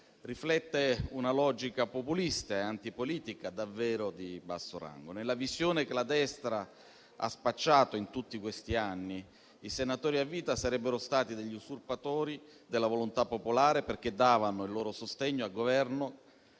riflette una logica populista e antipolitica davvero di basso rango. Nella visione che la destra ha spacciato in tutti questi anni, i senatori a vita sarebbero stati degli usurpatori della volontà popolare, perché davano il loro sostegno a Governi